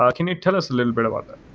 um can you tell us a littel bit about that?